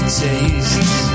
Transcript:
tastes